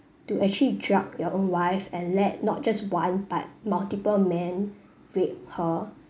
to actually drug your own wife and let not just one but multiple men rape her